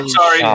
sorry